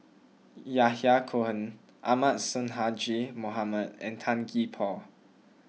Yahya Cohen Ahmad Sonhadji Mohamad and Tan Gee Paw